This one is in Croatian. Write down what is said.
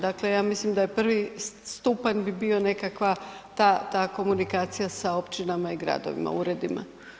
Dakle, ja mislim da je prvi stupanj bi bio nekakva ta komunikacija sa općinama i gradovima, uredima.